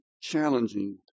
challenging